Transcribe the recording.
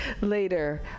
later